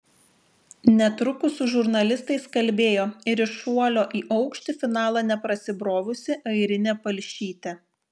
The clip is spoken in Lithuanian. netrukus su žurnalistais kalbėjo ir į šuolio į aukštį finalą neprasibrovusi airinė palšytė